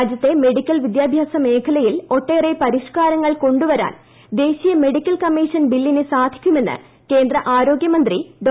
രാജ്യത്തെ മെഡിക്കൽവിദ്യാഭ്യാസമേഖലയിൽഒട്ടേറെ പരിഷ്കാരങ്ങൾ കൊണ്ടുവരാൻ ദേശീയമെഡിക്കൽ കമ്മീഷൻ ബില്ലിന് സാധിക്കുമെന്ന്കേന്ദ്ര ആരോഗ്യമന്ത്രി ഡോ